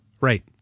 Right